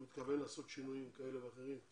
שהוא מתכוון לעשות שינויים כאלה ואחרים,